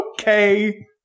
okay